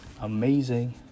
amazing